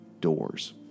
Doors